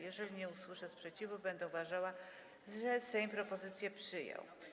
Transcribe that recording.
Jeżeli nie usłyszę sprzeciwu, będę uważała, że Sejm propozycję przyjął.